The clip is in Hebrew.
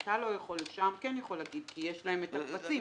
אתה לא יכול להגיד אבל שם כן יכולים להגיד כי יש להם את הטפסים.